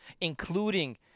Including